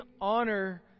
honor